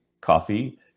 coffee